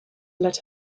let